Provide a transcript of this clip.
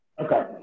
Okay